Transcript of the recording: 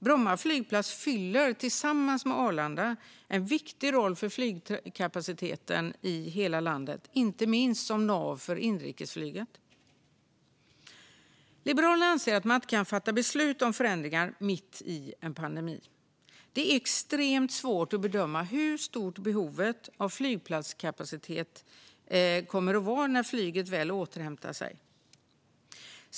Bromma flygplats fyller tillsammans med Arlanda en viktig roll för flygkapaciteten i hela landet, inte minst som nav för inrikesflyget. Liberalerna anser att man inte kan fatta beslut om förändringar mitt i en pandemi. Det är extremt svårt att bedöma hur stort behovet av flygplatskapacitet kommer att vara när flyget väl återhämtar sig.